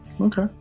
okay